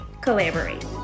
collaborate